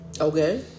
Okay